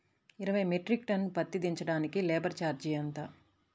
ఇరవై metric tonne పత్తి దించటానికి లేబర్ ఛార్జీ ఎంత?